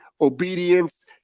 obedience